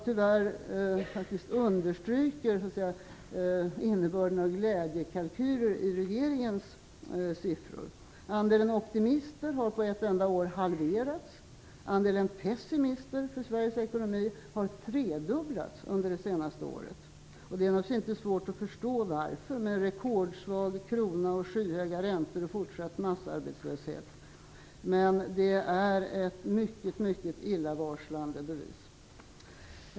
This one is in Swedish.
De understryker tyvärr påståendet att det finns glädjekalkyler i regeringens siffror. Andelen optimister har på ett enda år halverats. Andelen pessimister vad gäller Sveriges ekonomi har tredubblats under det senaste året. Det är naturligtvis inte svårt att förstå varför, med rekordsvag krona, skyhöga räntor och fortsatt massarbetslöshet. Men det är ett mycket illavarslande bevis.